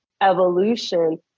evolution